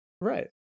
Right